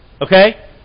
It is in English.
Okay